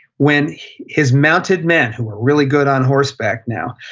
when his mounted men, who are really good on horseback now,